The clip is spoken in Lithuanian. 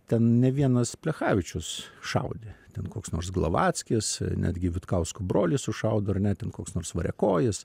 ten ne vienas plechavičius šaudė ten koks nors glovackis netgi vitkauskų brolį sušaudo ar ne ten koks nors variakojis